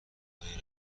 برای